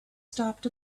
stopped